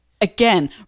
Again